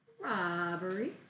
Robbery